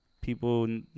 People